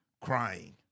Crying